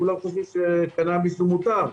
כולם חושבים שקנאביס הוא מותר,